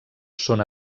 són